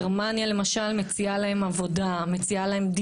המדינה משלמת על זה ומלינה אותם.